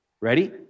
ready